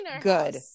Good